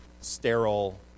Sterile